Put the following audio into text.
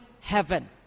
heaven